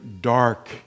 dark